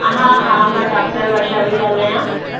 हा हा मां डाक्टर वर्षा पेई ॻाल्हायां